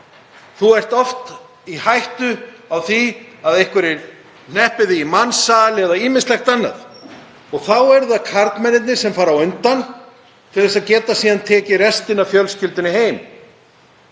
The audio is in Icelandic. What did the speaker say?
er oft í hættu á að einhverjir hneppi það í mansal eða ýmislegt annað. Þá eru það karlmennirnir sem fara á undan til að geta síðan tekið restina af fjölskyldunni með.